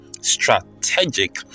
strategic